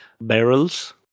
barrels